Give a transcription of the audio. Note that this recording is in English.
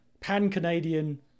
pan-Canadian